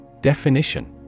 Definition